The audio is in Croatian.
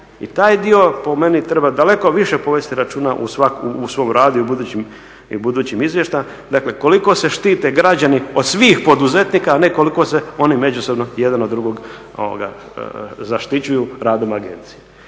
I taj dio po meni treba daleko više povesti računa u svom radu i budućim izvještajima. Dakle, koliko se štite građani od svih poduzetnika, a ne koliko se oni međusobno jedan od drugog zaštićuju radom agencije.